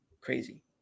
crazy